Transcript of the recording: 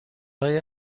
های